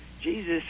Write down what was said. Jesus